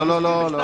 לא, לא.